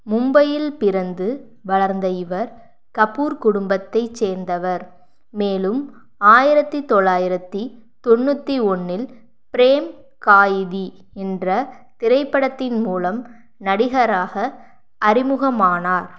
மும்பையில் பிறந்து வளர்ந்த இவர் கபூர் குடும்பத்தைச் சேர்ந்தவர் மேலும் ஆயிரத்து தொள்ளாயிரத்து தொண்ணூற்றி ஒன்றில் பிரேம் காயிதி என்ற திரைப்படத்தின் மூலம் நடிகராக அறிமுகமானார்